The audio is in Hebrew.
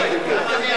גם אני.